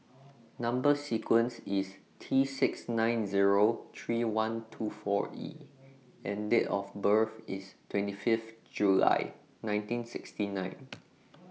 Number sequence IS T six nine Zero three one two four E and Date of birth IS twenty Fifth July nineteen sixty nine